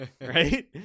right